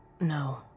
no